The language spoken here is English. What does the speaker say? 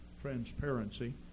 transparency